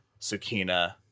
Sukina